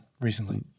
recently